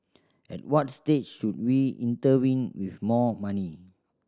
at what stage should we intervene with more money